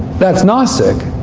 that's gnostic.